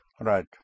Right